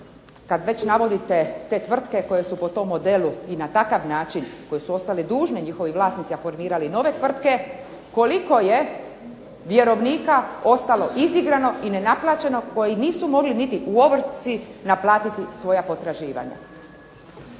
kad već navodite te tvrtke koje su po tom modelu i na takav način, koje su ostale dužne njihovi vlasnici, a formirali nove tvrtke, koliko je vjerovnika ostalo izigrano i nenaplaćeno, koji nisu mogli niti u ovrsi naplatiti svoja potraživanja.